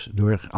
door